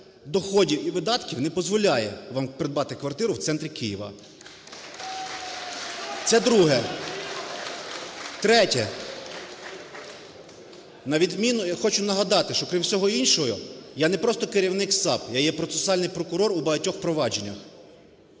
доходів і видатків не дозволяє вам придбати квартиру в центрі Києва. Це друге. Третє. На відміну… Я хочу нагадати, що, крім всього іншого, я не просто керівник САП, я є процесуальний прокурор у багатьох провадженнях,